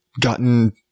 gotten